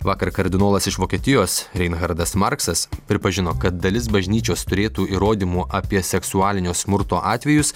vakar kardinolas iš vokietijos reinchardas marksas pripažino kad dalis bažnyčios turėtų įrodymų apie seksualinio smurto atvejus